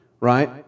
Right